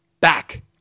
Back